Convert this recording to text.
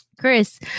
Chris